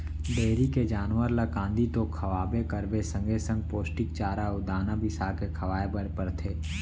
dairy के जानवर ल कांदी तो खवाबे करबे संगे संग पोस्टिक चारा अउ दाना बिसाके खवाए बर परथे